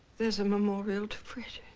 there's a memorial to freddie?